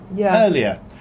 earlier